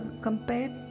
compared